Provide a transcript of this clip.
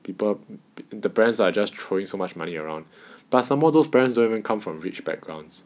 people the brands are just throwing so much money around but some more those parents don't even come from rich backgrounds